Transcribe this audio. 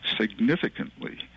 significantly